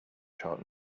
short